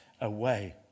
away